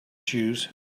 shoes